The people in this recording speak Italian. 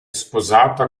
sposata